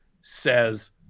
says